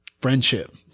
friendship